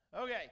Okay